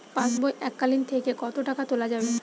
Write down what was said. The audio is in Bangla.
পাশবই এককালীন থেকে কত টাকা তোলা যাবে?